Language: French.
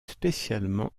spécialement